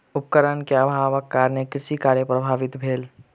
उपकरण के अभावक कारणेँ कृषि कार्य प्रभावित भेल